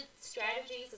strategies